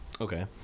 Okay